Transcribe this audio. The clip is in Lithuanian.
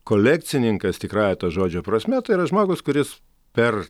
kolekcininkas tikrąja to žodžio prasme tai yra žmogus kuris per